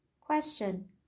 Question